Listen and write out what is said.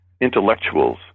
intellectuals